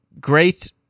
great